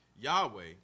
Yahweh